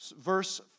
verse